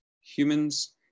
Humans